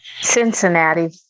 Cincinnati